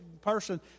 person